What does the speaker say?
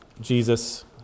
Jesus